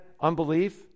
unbelief